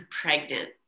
pregnant